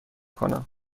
کنم